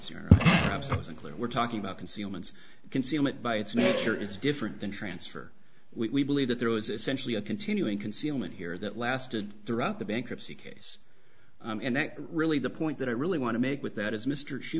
clear we're talking about concealments concealment by its nature is different than transfer we believe that there was essentially a continuing concealment here that lasted throughout the bankruptcy case and that really the point that i really want to make with that is mr